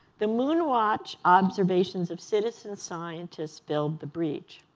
the moon watch observations of citizen scientists filled the breach.